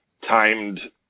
timed